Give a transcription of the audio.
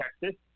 Texas